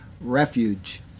refuge